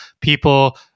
people